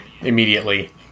immediately